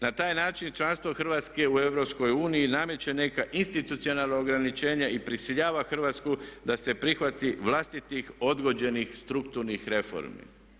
Na taj način članstvo Hrvatske u EU nameće neka institucionalna ograničenja i prisiljava Hrvatsku da se prihvati vlastitih odgođenih strukturnih reformi.